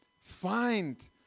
find